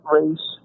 race